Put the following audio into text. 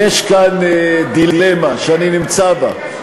יש כאן דילמה שאני נמצא בה.